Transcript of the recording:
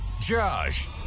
Josh